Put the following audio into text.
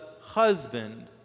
husband